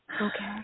Okay